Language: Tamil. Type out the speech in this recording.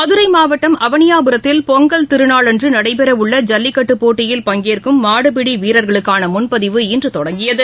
மதுரை மாவட்டம் அவனியாபுரத்தில் பொங்கல் திருநாளன்று நடைபெறவுள்ள ஜல்லிக்கட்டு போட்டியில் பங்கேற்கும் மாடுபிடி வீரர்களுக்கான முன்பதிவு இன்று தொடங்கியது